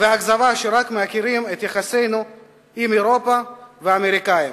ואכזבה שרק מעכירים את יחסינו עם אירופה והאמריקנים